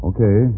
Okay